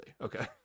okay